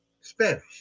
Spanish